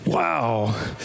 Wow